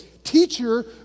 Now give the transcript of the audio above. Teacher